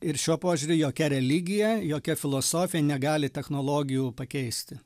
ir šiuo požiūriu jokia religija jokia filosofija negali technologijų pakeisti